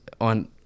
on